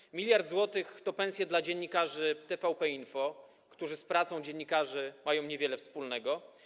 1 mld zł to pensje dla dziennikarzy TVP Info, którzy z pracą dziennikarzy mają niewiele wspólnego.